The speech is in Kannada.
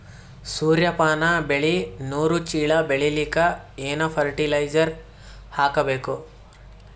ಸೂರ್ಯಪಾನ ಬೆಳಿ ನೂರು ಚೀಳ ಬೆಳೆಲಿಕ ಏನ ಫರಟಿಲೈಜರ ಹಾಕಬೇಕು?